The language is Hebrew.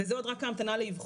וזה עוד רק ההמתנה לאבחון.